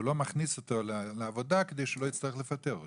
הוא לא מכניס אותו לעבודה כדי שהוא לא יצטרך לפטר אותו.